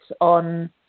on